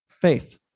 faith